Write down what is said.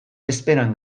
bezperan